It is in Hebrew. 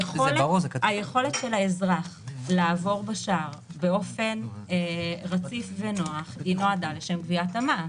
היכולת של האזרח לעבור בשער באופן רציף ונוח נועדה לשם גביית המס.